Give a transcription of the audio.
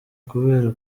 kubera